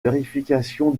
vérification